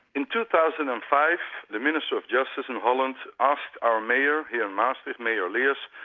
in two thousand and five the minister of justice in holland asked our mayor here in maastricht, mayor leers,